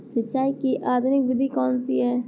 सिंचाई की आधुनिक विधि कौनसी हैं?